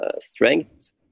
strength